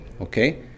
Okay